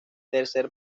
tercer